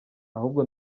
ahubwo